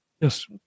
yes